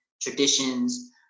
traditions